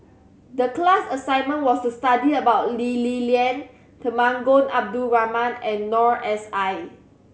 the class assignment was to study about Lee Li Lian Temenggong Abdul Rahman and Noor S I